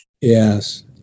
Yes